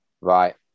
Right